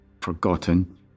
forgotten